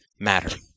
matter